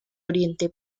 oriente